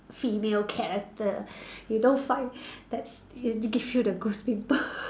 female character you don't find that err give you the goose pimple